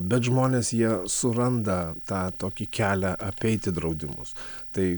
na bet žmonės jie suranda tą tokį kelią apeiti draudimus tai